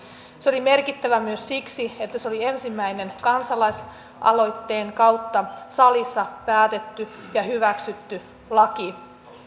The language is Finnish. se oli merkittävä myös siksi että se oli ensimmäinen kansalaisaloitteen kautta salissa päätetty ja hyväksytty laki